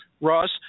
Ross